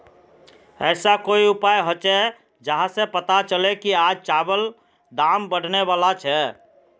ऐसा कोई उपाय होचे जहा से पता चले की आज चावल दाम बढ़ने बला छे?